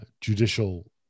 judicial